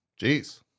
Jeez